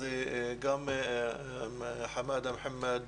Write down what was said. אז גם חאמד מוחמד